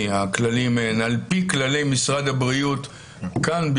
שעל-פי כללי משרד הבריאות כאן,